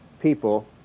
people